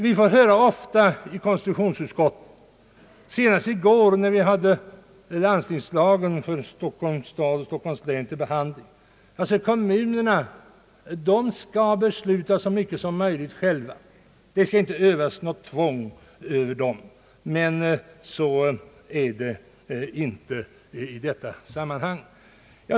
Vi får ofta höra i konstitutionsutskottet — senast i går när vi hade landstingslagen för Stockholms stad och Stockholms län till behandling — att kommunerna skall besluta så mycket som möjligt själva och att det inte skall övas något tvång på dem. Men så är det inte i detta sammanhang.